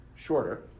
shorter